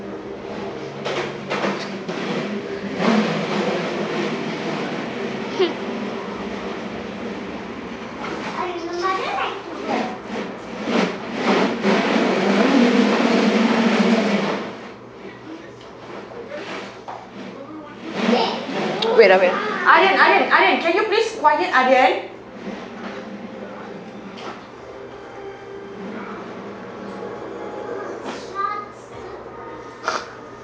wait ah wait